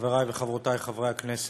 חברי וחברותי חברי הכנסת,